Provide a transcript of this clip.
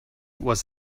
was